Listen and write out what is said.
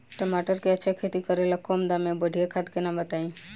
टमाटर के अच्छा खेती करेला कम दाम मे बढ़िया खाद के नाम बताई?